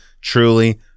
truly